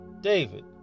David